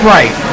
Right